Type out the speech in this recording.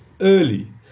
early